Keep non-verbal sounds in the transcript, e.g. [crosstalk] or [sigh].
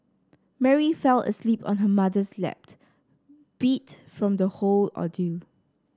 Mary fell asleep on her mother's lap [unintelligible] beat from the whole ordeal